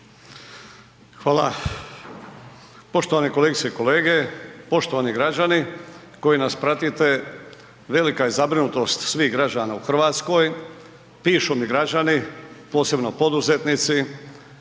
Hvala. Poštovane kolegice i kolege, poštovani građani koji nas pratite, velika je zabrinutost svih građana u RH. Pišu mi građani, posebno poduzetnici,